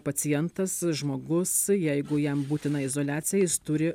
pacientas žmogus jeigu jam būtina izoliacija jis turi